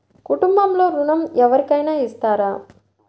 కుటుంబంలో ఋణం ఎవరికైనా ఇస్తారా?